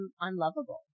unlovable